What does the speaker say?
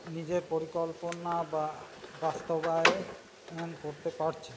নিজের পরিকল্পনা বা বাস্তবায়ন করতে পারছে